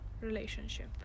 relationship